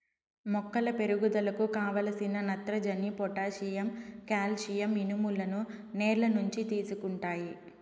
మొక్కల పెరుగుదలకు కావలసిన నత్రజని, పొటాషియం, కాల్షియం, ఇనుములను నేల నుంచి తీసుకుంటాయి